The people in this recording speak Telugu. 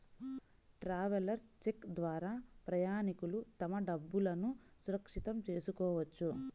ట్రావెలర్స్ చెక్ ద్వారా ప్రయాణికులు తమ డబ్బులును సురక్షితం చేసుకోవచ్చు